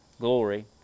Glory